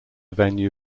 venue